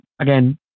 again